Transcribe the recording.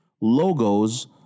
logos